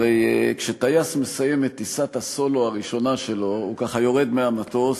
הרי כשטייס מסיים את טיסת הסולו הראשונה שלו הוא ככה יורד מהמטוס,